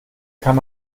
kann